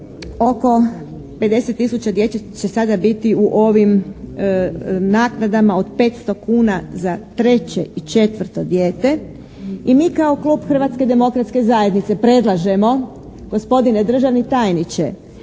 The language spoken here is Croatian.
oko 50 tisuća djece će sada biti u ovim naknadama od 500 kuna za treće i četvrto dijete i mi kao Klub Hrvatske demokratske zajednice predlažemo gospodine državni tajniče